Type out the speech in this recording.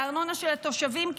את הארנונה של התושבים,